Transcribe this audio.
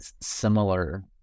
similar